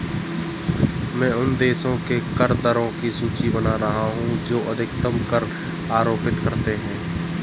मैं उन देशों के कर दरों की सूची बना रहा हूं जो अधिकतम कर आरोपित करते हैं